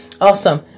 Awesome